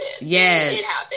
Yes